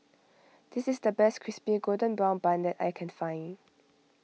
this is the best Crispy Golden Brown Bun that I can find